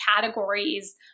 categories